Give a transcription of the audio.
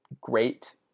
Great